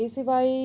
એ સિવાય